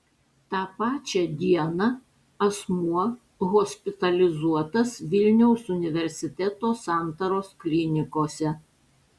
tą pačią dieną asmuo hospitalizuotas vilniaus universiteto santaros klinikose